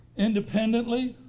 independently.